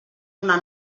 una